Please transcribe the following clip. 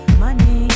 money